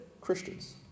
Christians